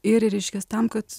ir reiškias tam kad